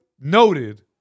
noted